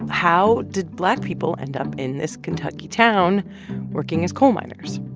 how did black people end up in this kentucky town working as coal miners?